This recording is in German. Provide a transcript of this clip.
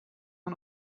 man